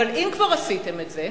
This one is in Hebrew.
אבל אם כבר עשיתם את זה,